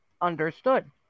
Understood